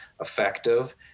effective